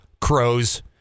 crows